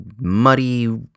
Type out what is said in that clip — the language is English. muddy